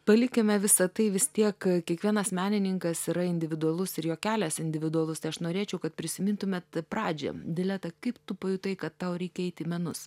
palikime visa tai vis tiek kiekvienas menininkas yra individualus ir jo kelias individualus tai aš norėčiau kad prisimintumėt pradžią dileta kaip tu pajutai kad tau reikia eit į menus